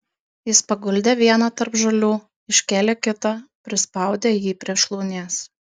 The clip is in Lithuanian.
jis paguldė vieną tarp žolių iškėlė kitą prispaudė jį prie šlaunies